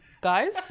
guys